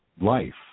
life